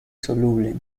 soluble